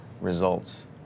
results